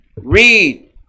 Read